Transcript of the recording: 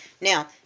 Now